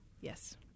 Yes